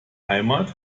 heimat